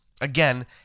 Again